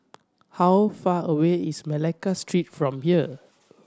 how far away is Malacca Street from here